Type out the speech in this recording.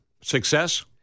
Success